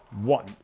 one